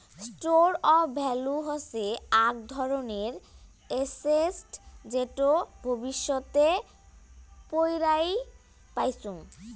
store of value হসে আক ধরণের এসেট যেটো ভবিষ্যতে পৌরাই পাইচুঙ